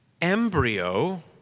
embryo